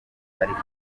ariko